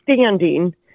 standing